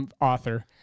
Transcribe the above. author